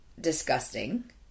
disgusting